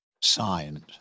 Signed